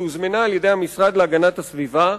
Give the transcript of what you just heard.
שהוזמנה על-ידי המשרד להגנת הסביבה,